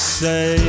say